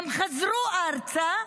הם חזרו ארצה,